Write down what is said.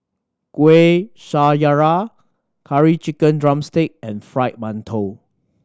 Kueh Syara Curry Chicken drumstick and Fried Mantou